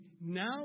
now